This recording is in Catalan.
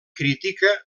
critica